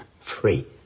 free